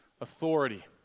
authority